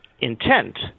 intent